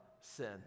sin